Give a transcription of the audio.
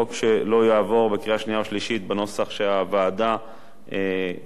חוק שלא יעבור בקריאה שנייה ושלישית בנוסח שהוועדה הצביעה